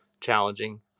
challenging